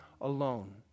alone